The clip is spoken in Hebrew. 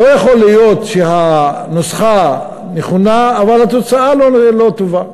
לא יכול להיות שהנוסחה נכונה אבל התוצאה לא טובה.